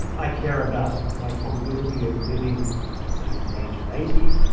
i care about my probability of living say to the age of eighty,